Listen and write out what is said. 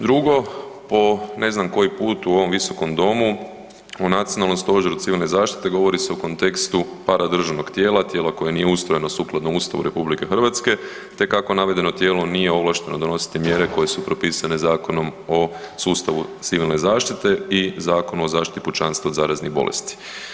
Drugo, po ne znam koji put u ovom Visokom domu o Nacionalnom stožeru civilne zaštite govori se o kontekstu paradržavnog tijela, tijela koje nije ustrojeno sukladno Ustavu RH te kako navedeno tijelo nije ovlašteno donositi mjere koje su propisane Zakonom o sustavu civilne zaštite i Zakonu o zaštiti pučanstva od zaraznih bolesti.